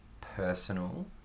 personal